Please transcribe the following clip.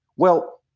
well,